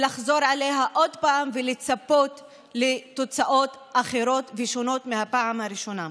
לחזור עליה שוב ולצפות לתוצאות אחרות ושונות מהפעם הראשונה.